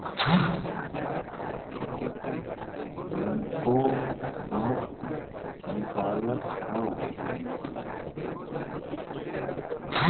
पुरनको नोट निकालत हौ